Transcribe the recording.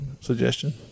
suggestion